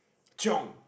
chiong